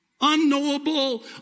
Unknowable